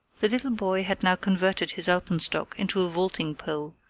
the little boy had now converted his alpenstock into a vaulting pole,